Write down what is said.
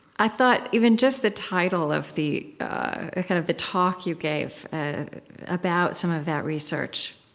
i thought even just the title of the ah kind of the talk you gave about some of that research